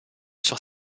sur